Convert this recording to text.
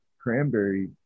Cranberry